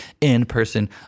in-person